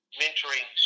mentoring